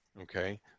okay